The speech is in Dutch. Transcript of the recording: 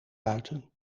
buiten